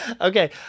Okay